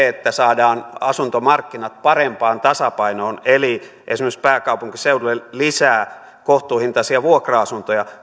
että saadaan asuntomarkkinat parempaan tasapainoon eli esimerkiksi pääkaupunkiseudulle lisää kohtuuhintaisia vuokra asuntoja